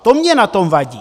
To mně na tom vadí!